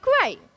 great